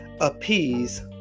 appease